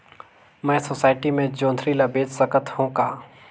मैं सोसायटी मे जोंदरी ला बेच सकत हो का?